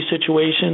situations